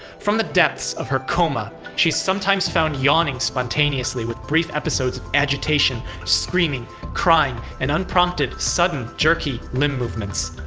from the depths of her coma, she is sometimes found yawning spontaneously, with brief episodes of agitation screaming, crying and unprompted, sudden and jerky limb movements.